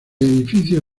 edificio